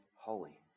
Holy